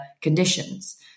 conditions